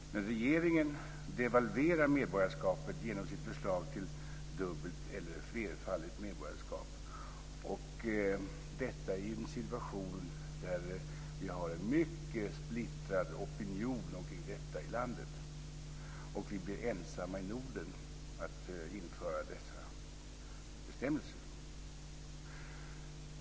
Men regeringen devalverar medborgarskapet genom sitt förslag till dubbelt eller flerfaldigt medborgarskap, och detta i en situation där vi har en mycket splittrad opinion omkring detta i landet, och vi blir ensamma i Norden att införa dessa bestämmelser.